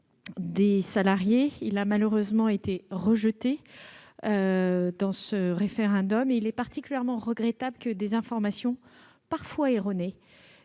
des salariés. Il a malheureusement été rejeté. Il est particulièrement regrettable que des informations parfois erronées